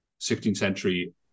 16th-century